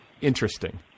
interesting